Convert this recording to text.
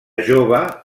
jove